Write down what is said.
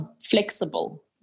flexible